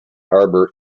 harbor